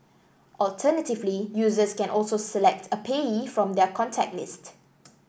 alternatively users can also select a payee from their contact list